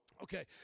Okay